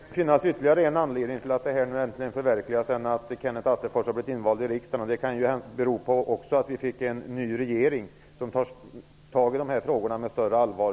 Herr talman! Det kan ju finnas ytterligare en anledning till att detta nu äntligen förverkligas än att Kenneth Attefors har blivit invald i riksdagen. Det kan ju också bero på att vi i samband med förra valet fick en ny regering som tar tag i de här frågorna med större allvar.